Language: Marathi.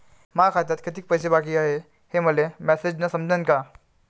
माया खात्यात कितीक पैसे बाकी हाय हे मले मॅसेजन समजनं का?